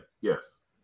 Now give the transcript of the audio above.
yes